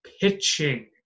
pitching